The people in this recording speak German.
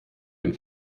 dem